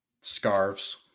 Scarves